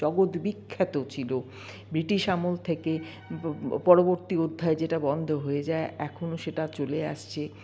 জগৎ বিখ্যাত ছিল ব্রিটিশ আমল থেকে পরবর্তী অধ্যায়ে যেটা বন্ধ হয়ে যায় এখনও সেটা চলে আসছে